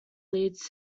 leads